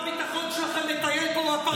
שר הביטחון שלכם מטייל פה בפרסה כל ערב,